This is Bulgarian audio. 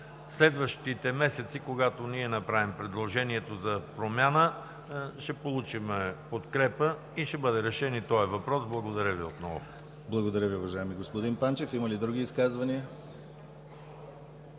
следващите месеци, когато ние направим предложението за промяна, ще получим подкрепа и ще бъде решен и този въпрос. Благодаря Ви отново. ПРЕДСЕДАТЕЛ ДИМИТЪР ГЛАВЧЕВ: Благодаря Ви, уважаеми господин Панчев. Има ли други изказвания?